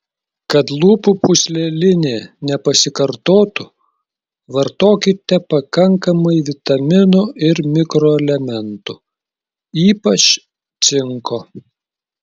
kad lūpų pūslelinė nepasikartotų vartokite pakankamai vitaminų ir mikroelementų ypač cinko